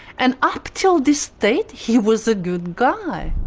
and up until this date, he was a good guy.